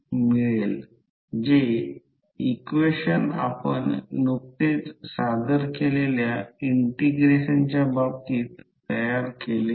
तर या बाजूला 1000 टर्न आहेत आणि 1 अँपिअर करंटने एक्ससाईट केली आहे